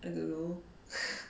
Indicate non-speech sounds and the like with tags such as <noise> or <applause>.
I don't know <breath>